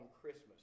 Christmas